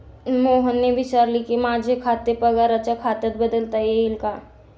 मोहनने विचारले की, माझे खाते पगाराच्या खात्यात बदलता येईल का